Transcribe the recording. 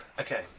Okay